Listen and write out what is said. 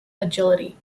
agility